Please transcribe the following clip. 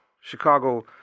Chicago